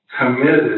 committed